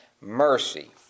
mercy